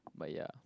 but ya